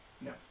No